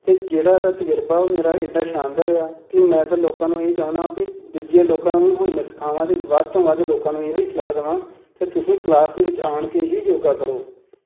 ਅਤੇ ਜਿਹੜਾ ਇਹਦਾ ਤਜਰਬਾ ਉਹ ਮੇਰਾ ਇੰਨਾ ਸ਼ਾਨਦਾਰ ਰਿਹਾ ਕਿ ਮੈਂ ਤਾਂ ਲੋਕਾਂ ਨੂੰ ਇਹ ਚਾਹੁੰਦਾ ਵੀ ਦੂਜੇ ਲੋਕਾਂ ਨੂੰ ਵੀ ਹੁਣ ਮੈਂ ਸਿਖਾਵਾਂ ਅਤੇ ਵੱਧ ਤੋਂ ਵੱਧ ਲੋਕਾਂ ਨੂੰ ਇਹੋ ਹੀ ਸਲਾਹ ਦੇਵਾਂ ਕਿ ਤੁਸੀਂ ਕਲਾਸ ਦੇ ਵਿੱਚ ਆਉਣ ਕੇ ਹੀ ਯੋਗਾ ਕਰੋ